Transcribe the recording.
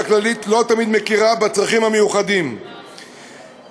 הכללית לא תמיד מכירה בצרכים המיוחדים שלהן